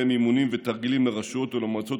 ובהן אימונים ותרגילים לרשויות ולמועצות